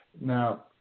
Now